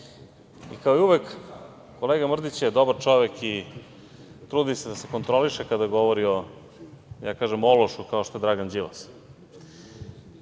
Kao i uvek, kolega Mrdić je dobar čovek i trudi se da se kontroliše, kada govori o, ja kažem ološu, kao što je Dragan Đilas.